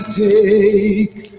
take